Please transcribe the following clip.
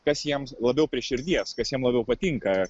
kas jiems labiau prie širdies kas jiem labiau patinka